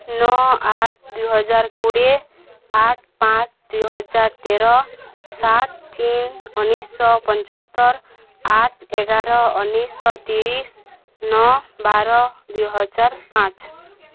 ନଅ ଆଠ ଦୁଇ ହଜାର କୋଡ଼ିଏ ଆଠ ପାଞ୍ଚ ଦୁଇ ହଜାର ତେର ସାତ ତିନ ଉଣେଇଶହ ପଞ୍ଚସ୍ତୋରି ଆଠ ଏଗାର ଉଣେଇଶହ ତିରିଶ ନଅ ବାର ଦୁଇ ହଜାର ପାଞ୍ଚ